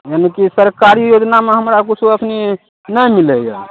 यानी कि सरकारी योजनामे हमरा किछु अखनि नहि मिलैया